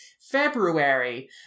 February